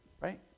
right